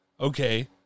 okay